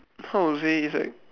how to say it's like